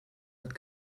hat